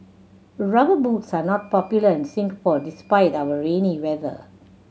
Rubber Boots are not popular in Singapore despite our rainy weather